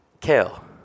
Kale